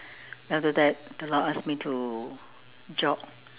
then after that the Lord asked me to jog